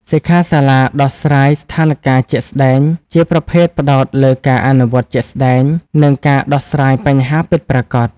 សិក្ខាសាលាដោះស្រាយស្ថានការណ៍ជាក់ស្តែង ជាប្រភេទផ្តោតលើការអនុវត្តជាក់ស្តែង និងការដោះស្រាយបញ្ហាពិតប្រាកដ។